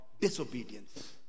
disobedience